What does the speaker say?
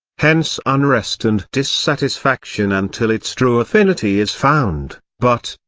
hence unrest and dissatisfaction until its true affinity is found but,